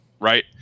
Right